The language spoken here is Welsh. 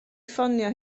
ffonio